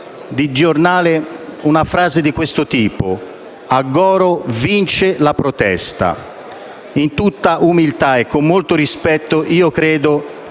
di giornale una frase del tipo «A Goro vince la protesta». In tutta umiltà e con molto rispetto, credo